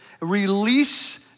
Release